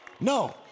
No